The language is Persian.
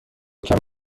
کمی